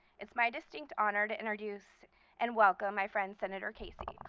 it's my distinct honor to introduce and welcome my friends, senator casey.